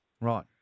Right